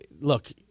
Look